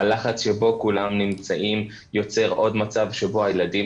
הלחץ שבו כולם נמצאים יוצר עוד מצב שבו הילדים